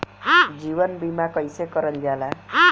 जीवन बीमा कईसे करल जाला?